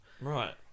right